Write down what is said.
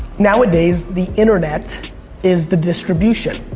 nowadays, the internet is the distribution.